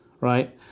right